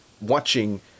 watching